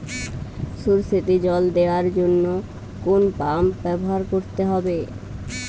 সরষেতে জল দেওয়ার জন্য কোন পাম্প ব্যবহার করতে হবে?